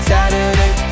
Saturday